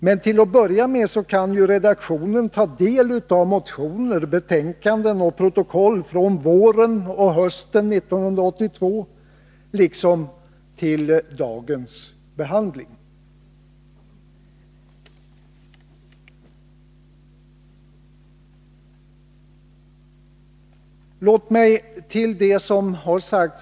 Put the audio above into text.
Men till att börja med kan ju redaktionen ta del av motioner, betänkanden och protokoll från våren och hösten 1982 liksom av motsvarande handlingar i anslutning till dagens riksdagsdebatt.